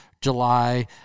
July